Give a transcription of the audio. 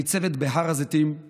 הניצבת בהר הזיתים אל